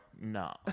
No